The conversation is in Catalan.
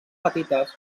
petites